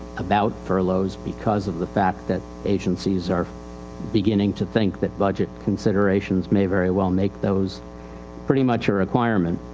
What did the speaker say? about furloughs because of the fact that agencies are beginning to think that budget considerations may very well make those pretty much a requirement.